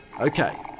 okay